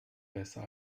besser